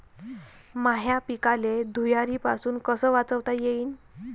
माह्या पिकाले धुयारीपासुन कस वाचवता येईन?